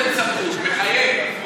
לא, מחייב.